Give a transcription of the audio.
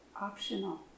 optional